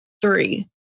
three